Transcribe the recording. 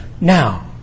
now